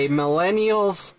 millennials